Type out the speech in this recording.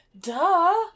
Duh